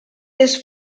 les